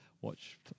watch